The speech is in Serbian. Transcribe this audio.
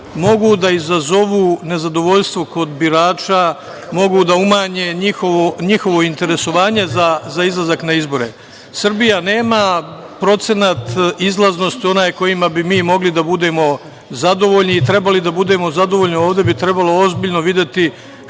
mogu da izazovu nezadovoljstvo kod birača, mogu da umanje njihovo interesovanje za izlazak na izbore. Srbija nema procenat izlaznosti onaj sa kojim bi mi mogli da budemo zadovoljni. Ovde bi trebalo ozbiljno videti